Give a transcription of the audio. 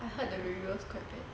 I heard the reviews quite bad